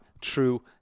true